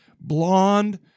blonde